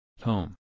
Home